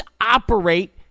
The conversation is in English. operate